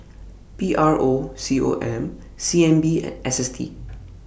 P R O C O M C N B and S S T